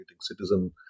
citizen